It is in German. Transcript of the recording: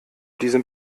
diesem